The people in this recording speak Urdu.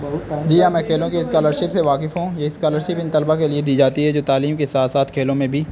جی ہاں میں کھیوں کے اسکالرشپ سے واقف ہوں یہ اسکالرشپ ان طلبا کے لیے دی جاتی ہے جو تعلیم کے ساتھاتھ کھیلوں میں بھی